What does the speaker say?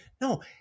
No